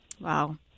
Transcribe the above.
Wow